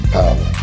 power